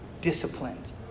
disciplined